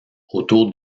autour